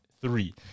three